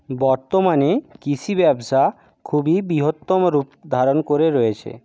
বর্তমানে কৃষি ব্যবসা খুবই বৃহত্তম রূপ ধারণ করে রয়েছে